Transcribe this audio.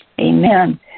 Amen